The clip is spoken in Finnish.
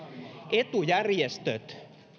etujärjestöt